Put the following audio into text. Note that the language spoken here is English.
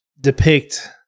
depict